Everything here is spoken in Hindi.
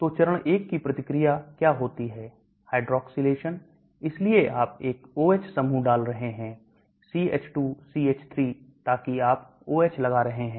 तो चरण 1 की प्रतिक्रिया क्या होती है Hydroxlation इसलिए आप एक OH समूह यहां डाल रहे हैं CH2CH3 ताकि आप OH लगा रहे हैं